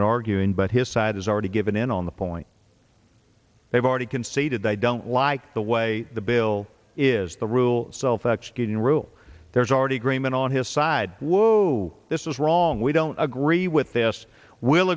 in arguing but his side has already given in on the point they've already conceded they don't like the way the bill is the rule self executing rule there's already agreement on his side whoa this is wrong we don't agree with this w